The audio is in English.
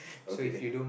okay